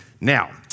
Now